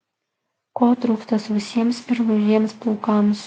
ko trūksta sausiems ir lūžiems plaukams